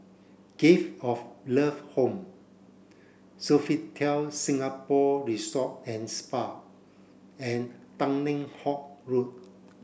Gift of Love Home Sofitel Singapore Resort and Spa and Tanglin Halt Road